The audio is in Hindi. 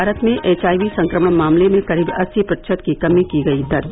भारत में एच आई वी संक्रमण मामले में करीब अस्सी प्रतिशत की कमी की गयी दर्ज